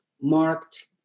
marked